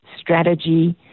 strategy